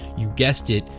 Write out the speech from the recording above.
you guessed it,